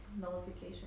nullification